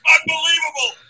Unbelievable